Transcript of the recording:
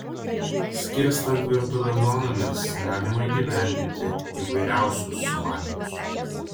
skirstant virtuvę zonomis galima įgyvendinti įvairiausius sumanymus